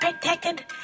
protected